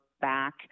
back